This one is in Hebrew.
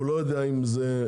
הוא לא יודע אם זה,